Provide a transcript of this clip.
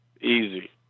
easy